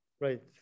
Right